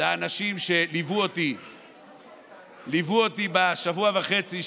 לאנשים שליוו אותי בשבוע וחצי,